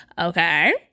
Okay